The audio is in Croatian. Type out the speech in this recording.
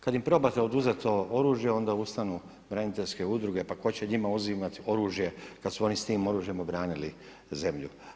Kad im probate oduzeti to oružje onda ustanu braniteljske udruge, pa tko će njima uzimati oružje kad su oni s tim oružjem obranili zemlju.